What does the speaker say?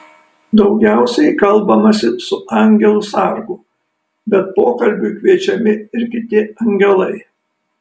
daugiausiai kalbamasi su angelu sargu bet pokalbiui kviečiami ir kiti angelai